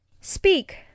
speak